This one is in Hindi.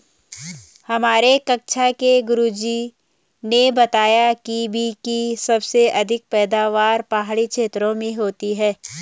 हमारी कक्षा के गुरुजी ने बताया कीवी की सबसे अधिक पैदावार पहाड़ी क्षेत्र में होती है